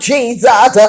Jesus